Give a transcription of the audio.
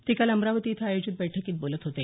ते काल अमरावती इथं आयोजित बैठकीत बोलत होते